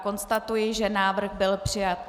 Konstatuji, že návrh byl přijat.